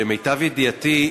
למיטב ידיעתי,